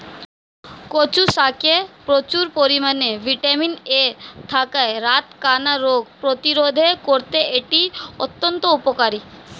কচু শাকে প্রচুর পরিমাণে ভিটামিন এ থাকায় রাতকানা রোগ প্রতিরোধে করতে এটি অত্যন্ত উপকারী